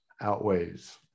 outweighs